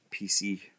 PC